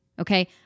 Okay